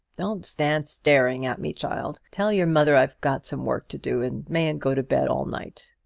don't stand staring at me, child! tell your mother i've got some work to do, and mayn't go to bed all night.